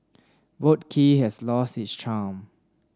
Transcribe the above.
Boat Quay has lost its charm